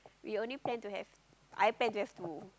we only plan to have I plan to have two